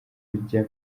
kujya